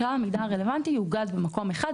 כלל המידע הרלוונטי יאוגד במקום אחד,